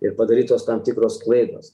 ir padarytos tam tikros klaidos